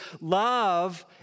love